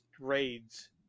raids